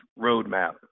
roadmap